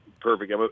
perfect